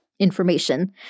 information